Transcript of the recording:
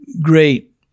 great